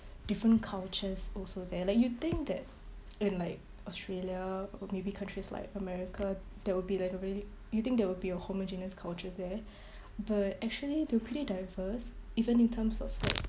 different cultures also there like you'd think that in like Australia or maybe countries like America there would be like a really you think there will be a homogeneous culture there but actually they're pretty diverse even in terms of food